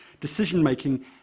decision-making